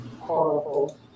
Horrible